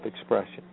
expression